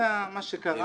זה מה שקרה.